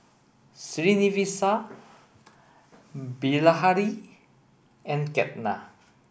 Srinivasa Bilahari and Ketna